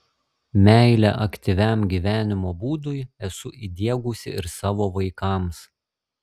meilę aktyviam gyvenimo būdui esu įdiegusi ir savo vaikams